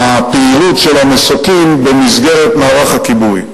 הפעילות של המסוקים במסגרת מערך הכיבוי.